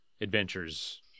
adventures